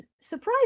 surprising